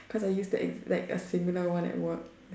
cause I used that like a similar one at work